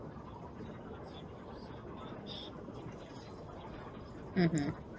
mmhmm